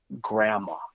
grandma